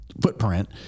footprint